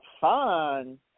fun